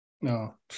No